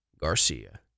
Garcia